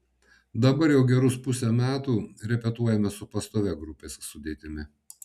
dabar jau gerus pusę metų repetuojame su pastovia grupės sudėtimi